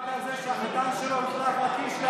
דיברתי על זה שהחתן שלו הותקף בקישלה